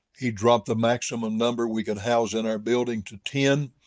he dropped the maximum number we could house in our building to ten.